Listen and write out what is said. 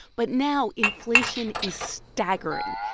but now inflation is staggering.